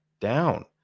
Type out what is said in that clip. down